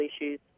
issues